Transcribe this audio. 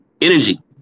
Energy